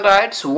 Rights